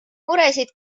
muresid